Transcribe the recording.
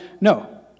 No